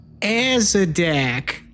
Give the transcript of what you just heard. Azadak